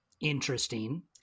interesting